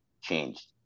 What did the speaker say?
changed